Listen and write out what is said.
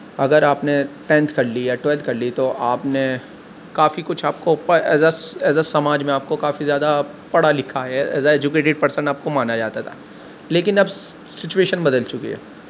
اگر آپ نے ٹینتھ کر لیا ٹویلتھ کر لی تو آپ نے کافی کچھ آپ کو اوپر ایز آ ایز آ سماج میں آپ کو کافی زیادہ پڑھا لکھا ہے ایز آ ایجوکیٹڈ پرسن آپ کو مانا جاتا تھا لیکن اب سچویشن بدل چکی ہے